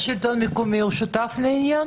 יוליה מלינובסקי (יו"ר ועדת מיזמי תשתית לאומיים מיוחדים